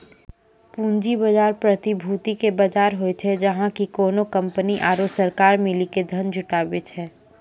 पूंजी बजार, प्रतिभूति के बजार होय छै, जहाँ की कोनो कंपनी आरु सरकार मिली के धन जुटाबै छै